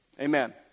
Amen